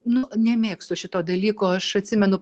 nu nemėgstu šito dalyko aš atsimenu